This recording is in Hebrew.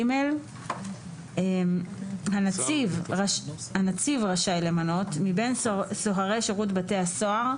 (ג) הנציב רשאי למנות מבין סוהרי שירות בתי הסוהר,